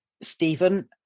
Stephen